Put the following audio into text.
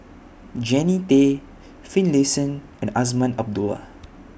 Jannie Tay Finlayson and Azman Abdullah